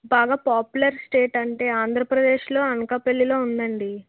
బాగా popular state అంటే ఆంధ్రప్రదేశ్లో అనకాపల్లిలో ఉందండి